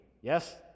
Yes